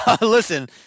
listen